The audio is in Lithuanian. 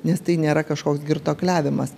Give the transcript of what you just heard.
nes tai nėra kažkoks girtuokliavimas